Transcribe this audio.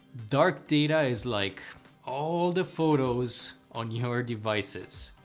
dark data is like all the photos on your devices.